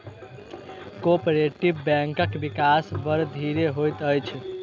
cooperative बैंकक विकास बड़ धीरे होइत अछि